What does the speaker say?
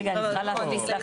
רגע, אני צריכה להחליף מסמך.